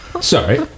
Sorry